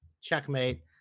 Checkmate